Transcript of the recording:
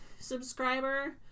subscriber